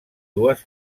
dues